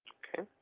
ok.